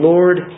Lord